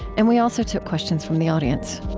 and we also took questions from the audience